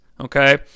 Okay